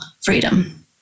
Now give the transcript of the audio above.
freedom